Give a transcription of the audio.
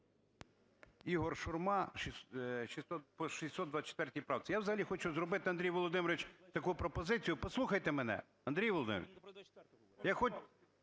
Ігор Шурма, по 624 правці. Я взагалі хочу зробити, Андрій Володимирович, таку пропозицію. Послухайте мене, Андрій Володимирович,